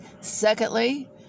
secondly